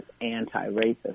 anti-racist